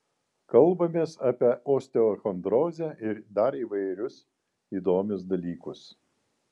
kalbamės apie osteochondrozę ir dar įvairius įdomius dalykus